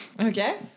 Okay